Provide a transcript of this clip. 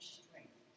strength